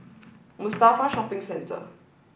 Mustafa Shopping Centre